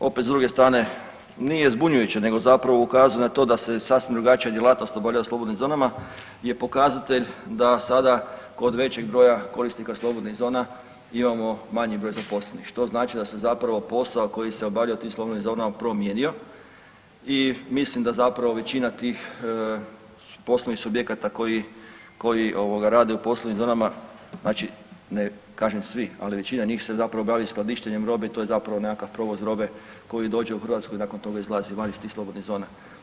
opet s druge strane, nije zbunjujuće nego zapravo ukazuje na to da se sasvim drugačija djelatnost obavlja u slobodnim zonama je pokazatelj da sada kod većeg broja korisnika slobodnih zona imamo manji broj zaposlenih što znači da se zapravo posao koji se obavlja u tim slobodnim zonama promijenio i mislim da zapravo većina tih poslovnih subjekata koji, koji ovoga rade u poslovnim zonama, znači ne kažem svi, ali većina njih se zapravo bavi skladištenjem robe i to je zapravo nekakav provoz robe koji dođe u Hrvatsku i nakon toga izlazi van iz tih slobodnih zona.